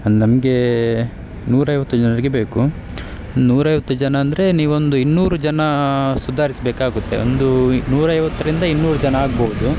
ನಮಗೆ ನೂರೈವತ್ತು ಜನರಿಗೆ ಬೇಕು ನೂರೈವತ್ತು ಜನ ಅಂದರೆ ನೀವು ಒಂದು ಇನ್ನೂರು ಜನ ಸುಧಾರಿಸಬೇಕಾಗುತ್ತೆ ಒಂದು ನೂರೈವತ್ತರಿಂದ ಇನ್ನೂರು ಜನ ಆಗಬಹುದು